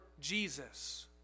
Jesus